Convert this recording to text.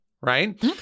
right